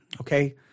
okay